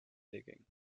digging